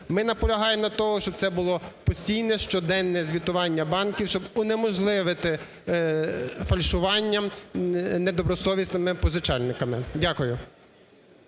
Ми наполягаємо на тому, щоб це було постійне щоденне звітування банків, щоб унеможливити фальшування недобросовісними позичальниками. Дякую.